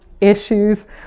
issues